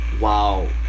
Wow